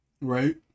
right